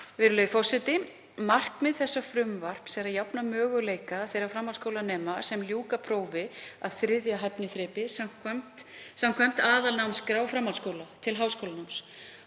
Virðulegi forseti. Markmið þessa frumvarps er að jafna möguleika þeirra framhaldsskólanema sem ljúka prófi af þriðja hæfniþrepi samkvæmt aðalnámskrá framhaldsskóla til háskólanáms.